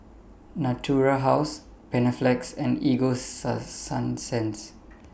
Natura House Panaflex and Ego Sunsense